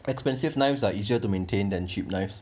expensive knives are easier to maintain than cheap knives